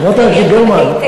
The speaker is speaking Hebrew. חברת הכנסת גרמן,